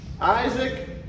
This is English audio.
Isaac